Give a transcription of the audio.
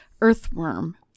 earthworm